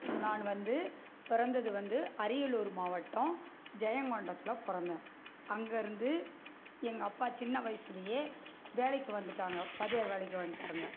நான் வந்து பிறந்தது வந்து அரியலூர் மாவட்டம் ஜெயங்கொண்டத்தில் பிறந்தேன் அங்கேருந்து எங்கள் அப்பா சின்ன வயசுலேயே வேலைக்கு வந்துட்டாங்க வாத்தியார் வேலைக்கு வந்துட்டாங்க